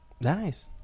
nice